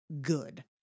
good